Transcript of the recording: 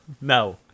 No